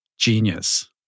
genius